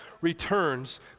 returns